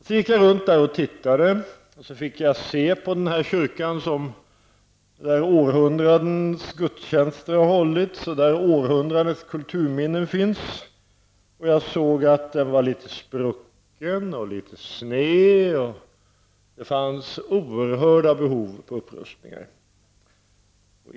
Jag gick runt där och tittade i kyrkan, där århundradens gudstjänster har hållits och där århundradens kulturminnen finns, och jag såg att kyrkan var litet sprucken och litet sned och att det fanns oerhörda behov av upprustning.